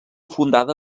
fundada